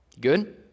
Good